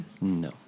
No